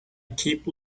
keep